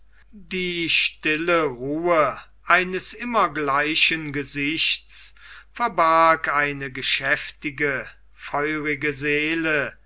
die stille ruhe eines immer gleichen gesichts verbarg eine geschäftige feurige seele